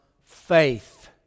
faith